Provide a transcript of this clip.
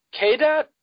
KDOT